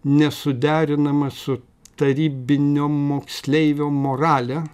nesuderinama su tarybinio moksleivio morale